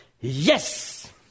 yes